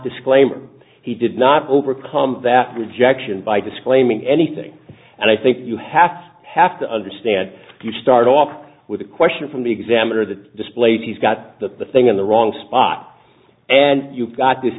disclaimer he did not overcome that rejection by disclaiming anything and i think you have to have to understand if you start off with a question from the examiner that displayed he's got the thing in the wrong spot and you've got this